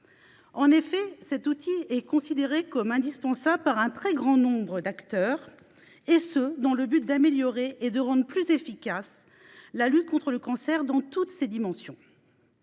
registre. Cet outil est déjà considéré comme indispensable par un très grand nombre d'acteurs pour améliorer et rendre plus efficace la lutte contre le cancer dans toutes ses dimensions.